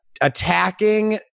attacking